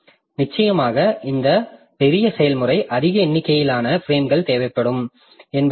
நிச்சயமாக இந்த பெரிய செயல்முறை அதிக எண்ணிக்கையிலான பிரேம்கள் தேவைப்படும் என்பதாகும்